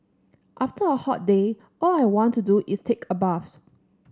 after a hot day all I want to do is take a bath